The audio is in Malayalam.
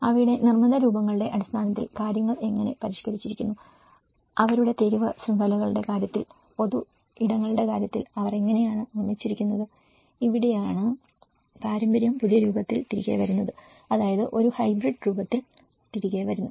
അവയുടെ നിർമ്മിത രൂപങ്ങളുടെ അടിസ്ഥാനത്തിൽ കാര്യങ്ങൾ എങ്ങനെ പരിഷ്ക്കരിച്ചിരിക്കുന്നു അവരുടെ തെരുവ് ശൃംഖലകളുടെ കാര്യത്തിൽ പൊതു ഇടങ്ങളുടെ കാര്യത്തിൽ അവർ എങ്ങനെയാണ് നിർമ്മിച്ചിരിക്കുന്നത് ഇവിടെയാണ് പാരമ്പര്യം പുതിയ രൂപത്തിൽ തിരികെ വരുന്നത് അതായത് ഒരു ഹൈബ്രിഡ് രൂപത്തിൽ തിരികെ വരുന്നു